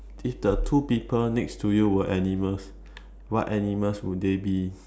if the two people next to you were animals what animals will they be